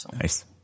Nice